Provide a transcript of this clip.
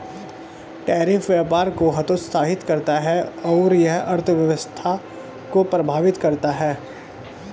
tariff व्यापार को हतोत्साहित करता है और यह अर्थव्यवस्था को प्रभावित करता है